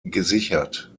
gesichert